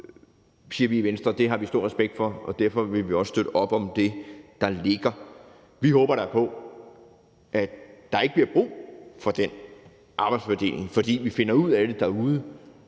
siger vi i Venstre, at det har vi stor respekt for, og derfor vil vi også støtte op om det, der ligger. Vi håber da på, at der ikke bliver brug for den arbejdsfordeling, fordi man finder ud af det derude.